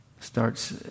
starts